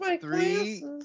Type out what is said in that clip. three